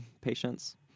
patients